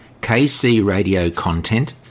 kcradiocontent